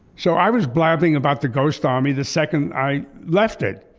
so i was blabbing about the ghost army the second i left it.